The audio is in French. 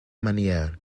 manière